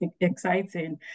exciting